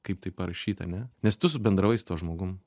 kaip tai parašyta ane nes tu subendravai su tuo žmogum